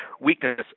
weakness